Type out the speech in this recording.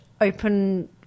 open